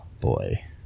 Boy